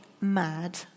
mad